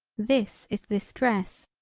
this is this dress,